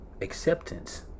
Acceptance